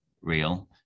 real